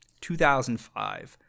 2005